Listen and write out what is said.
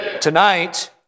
Tonight